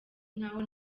nkaho